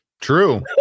True